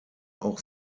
auch